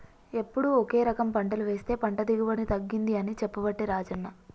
ఎప్పుడు ఒకే రకం పంటలు వేస్తె పంట దిగుబడి తగ్గింది అని చెప్పబట్టే రాజన్న